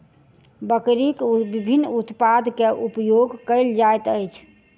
बकरीक विभिन्न उत्पाद के उपयोग कयल जाइत अछि